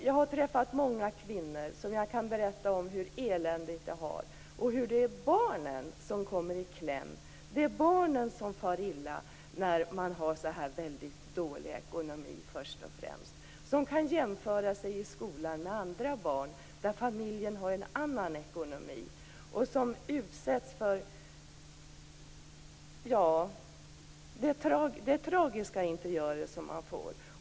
Jag har träffat många kvinnor som kunnat berätta om hur eländigt de har det och om att det först och främst är barnen som kommer i kläm och far illa när man har så här dålig ekonomi. De kan jämföra sig i skolan med andra barn från familjer med annan ekonomi. Det är tragiska interiörer man får ta del av.